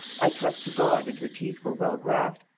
i trust to god and her teeth were well graft,